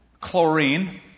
chlorine